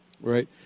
Right